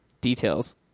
Details